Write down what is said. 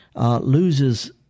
loses